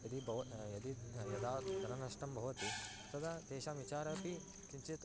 यदि ब यदि यदा धननष्टं भवति तदा तेषां विचाराः अपि किञ्चित्